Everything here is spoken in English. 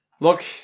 Look